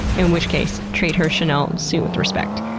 in which case, treat her chanel suit with respect.